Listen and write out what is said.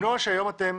הנוהל שהיום אתם